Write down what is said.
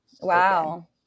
Wow